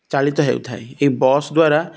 ଚାଳିତ ହେଉଥାଏ ଏହି ବସ୍ ଦ୍ୱାରା